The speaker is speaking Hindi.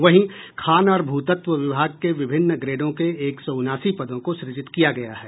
वहीं खान और भूतत्व विभाग के विभिन्न ग्रेडों के एक सौ उनासी पदों को सृजित किया गया है